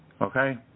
Okay